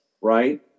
right